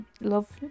love